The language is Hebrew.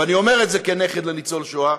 ואני אומר את זה כנכד לניצול השואה,